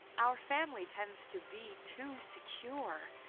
our family tends to be too secure.